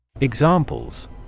Examples